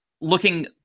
looking